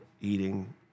eating